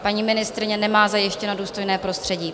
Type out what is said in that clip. Paní ministryně nemá zajištěno důstojné prostředí.